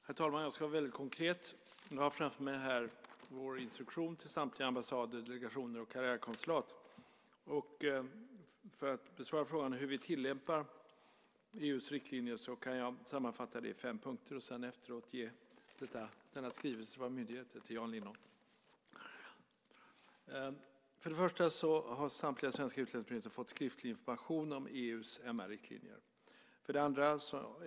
Herr talman! Jag ska vara väldigt konkret. Jag har framför mig vår instruktion till samtliga ambassader, delegationer och karriärkonsulat. För att besvara frågan hur vi tillämpar EU:s riktlinjer kan jag sammanfatta det i fem punkter och efteråt ge denna skrivelse till våra myndigheter till Jan Lindholm. 1. Samtliga svenska utlandsmyndigheter har fått skriftlig information om EU:s MR-riktlinjer. 2.